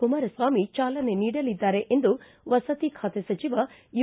ಕುಮಾರಸ್ವಾಮಿ ಜಾಲನೆ ನೀಡಲಿದ್ದಾರೆ ಎಂದು ವಸತಿ ಖಾತೆ ಸಚಿವ ಯು